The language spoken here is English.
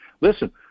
listen